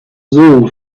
wool